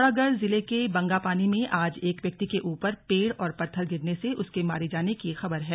पिथौरागढ़ जिले के बंगापानी में आज एक व्यक्ति के ऊपर पेड़ और पत्थर गिरने से उसके मारे जाने की खबर है